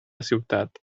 ciutat